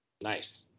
Nice